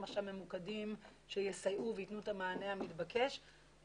ממוקדים שיסייעו וייתנו את המענה המתבקש.